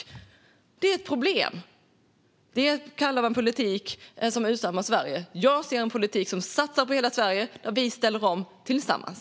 Man kallar detta för ett problem och en politik som utarmar Sverige. Jag ser en politik som satsar på hela Sverige, där vi ställer om tillsammans.